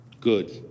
Good